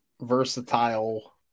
versatile